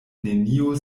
neniu